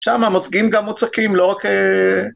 שמה, מוזגים גם מוצקים, לא רק...